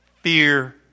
fear